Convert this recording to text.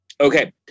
Okay